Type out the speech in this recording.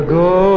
go